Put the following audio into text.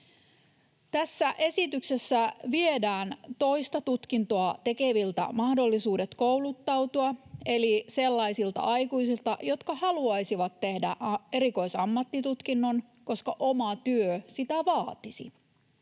Tässä esityksessä viedään toista tutkintoa tekeviltä mahdollisuudet kouluttautua eli sellaisilta aikuisilta, jotka haluaisivat tehdä erikoisammattitutkinnon, koska oma työ sitä vaatisi.